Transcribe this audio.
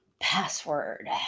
password